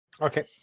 okay